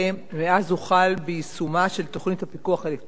מאז הוחל ביישומה של תוכנית הפיקוח האלקטרוני,